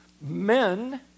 men